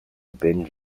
binge